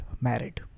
married